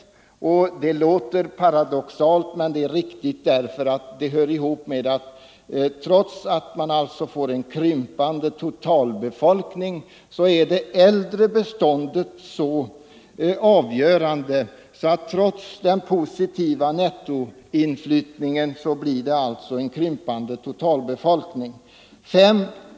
Jag vill inskjuta att det låter paradoxalt, men det är riktigt, därför 133 att det äldre beståndet är så avgörande att det trots den positiva nettoinflyttningen blir en krympande totalbefolkning.